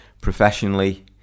professionally